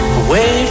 away